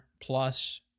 plus